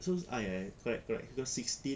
so I eh correct correct two thousand sixteen